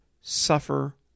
suffer